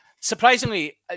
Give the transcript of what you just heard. Surprisingly